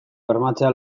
bermatzea